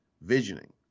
visioning